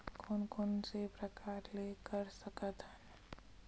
कोन कोन से प्रकार ले कर सकत हन?